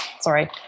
sorry